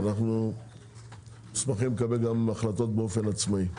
אנחנו מוסמכים לקבל החלטות גם באופן עצמאי.